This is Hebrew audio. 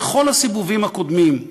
בכל הסיבובים הקודמים,